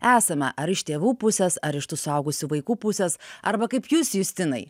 esame ar iš tėvų pusės ar iš tų suaugusių vaikų pusės arba kaip jūs justinai